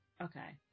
Okay